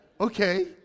okay